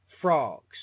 frogs